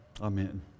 Amen